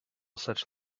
such